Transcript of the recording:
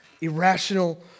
irrational